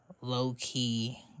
low-key